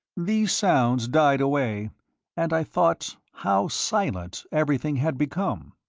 these sounds died away and i thought how silent everything had become.